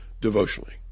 Devotionally